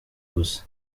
gusa